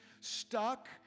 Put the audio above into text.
stuck